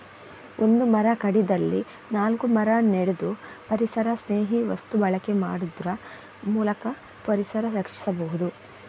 ಒಂದು ಮರ ಕಡಿದಲ್ಲಿ ನಾಲ್ಕು ಮರ ನೆಡುದು, ಪರಿಸರಸ್ನೇಹಿ ವಸ್ತು ಬಳಕೆ ಮಾಡುದ್ರ ಮೂಲಕ ಪರಿಸರ ರಕ್ಷಿಸಬಹುದು